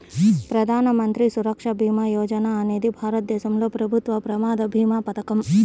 ప్రధాన మంత్రి సురక్ష భీమా యోజన అనేది భారతదేశంలో ప్రభుత్వ ప్రమాద భీమా పథకం